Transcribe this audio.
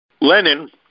Lenin